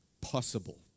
possible